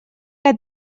que